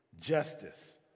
justice